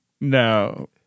No